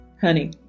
Honey